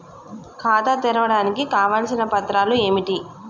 ఖాతా తెరవడానికి కావలసిన పత్రాలు ఏమిటి?